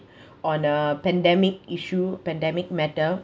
on a pandemic issue pandemic matter